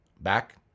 Back